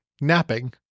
Napping